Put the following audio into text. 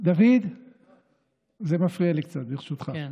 זה מפריע לי קצת, ברשותך.